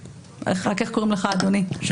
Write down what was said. אדוני, בבקשה.